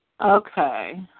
Okay